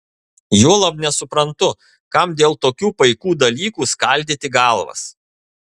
juolab nesuprantu kam dėl tokių paikų dalykų skaldyti galvas